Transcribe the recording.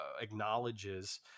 acknowledges